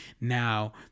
now